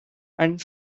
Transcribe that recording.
and